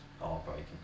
heartbreaking